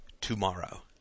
tomorrow